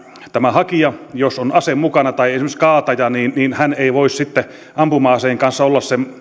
tämä hakija jos on ase mukana tai esimerkiksi kaataja ei voi ampuma aseen kanssa olla sen